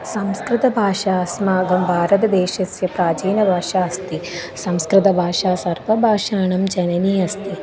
संस्कृतभाषा अस्माकं भारतदेशस्य प्राचीनभाषा अस्ति संस्कृतभाषा सर्वभाषाणां जननी अस्ति